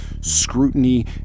scrutiny